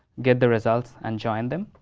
get the results and join them.